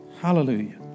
Hallelujah